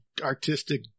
artistic